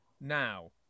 now